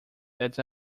that